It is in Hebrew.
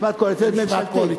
משמעת קואליציונית, ממשלתית.